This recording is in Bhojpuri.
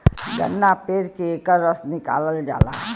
गन्ना पेर के एकर रस निकालल जाला